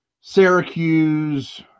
Syracuse